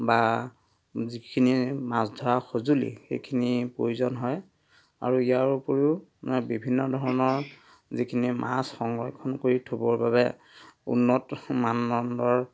বা যিখিনি মাছ ধৰা সঁজুলি সেইখিনি প্ৰয়োজন হয় আৰু ইয়াৰ উপৰিও মানে বিভিন্ন ধৰণৰ যিখিনি মাছ সংৰক্ষণ কৰি থবৰ বাবে উন্নত মানদণ্ডৰ